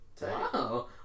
Wow